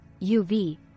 UV